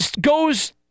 goes